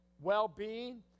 well-being